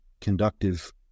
conductive